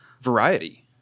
Variety